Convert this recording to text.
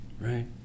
right